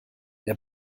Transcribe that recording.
der